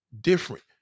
different